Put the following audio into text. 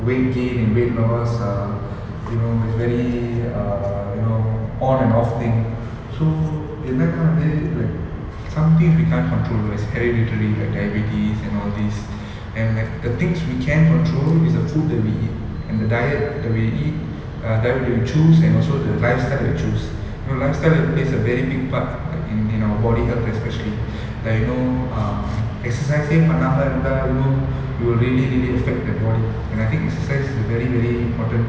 weight gain and weight loss err you know it's very err you know on and off thing so இதுஎன்னனா:idhu ennana like something we can't control is hereditary like diabetes and all this and like the things we can control is the food that we eat and the diet that we eat err diet that we choose and also the lifestyle that choose know lifestyle plays a very big part i~ in in our body healthy especially like you know um exercise eh பண்ணாமஇருந்தாலும்:pannama irunthalum you will really really expect that body and I think exercise is a very very important